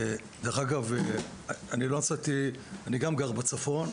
דרך אגב, גם אני גר בצפון,